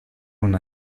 una